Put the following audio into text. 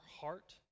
heart